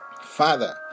Father